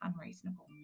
unreasonable